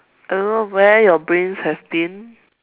I don't know where your brains have been